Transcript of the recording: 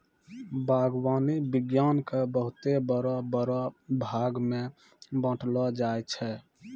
बागवानी विज्ञान के बहुते बड़ो बड़ो भागमे बांटलो जाय छै